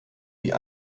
die